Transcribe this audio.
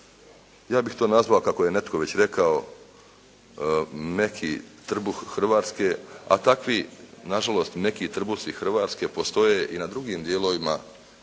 Ja bih to nazvao kako je netko već rekao meki trbuh Hrvatske, a takvi nažalost meki trbusi Hrvatske postoje i na drugim dijelovima